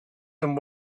some